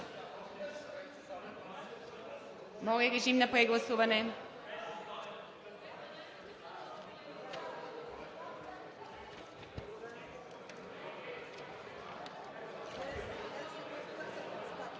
Моля, режим на прегласуване.